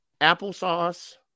applesauce